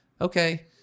okay